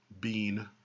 Bean